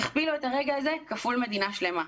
תכפילו את הרגע הזה כפול מדינה שלמה.